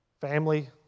family